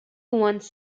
once